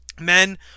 men